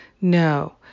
No